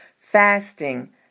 fasting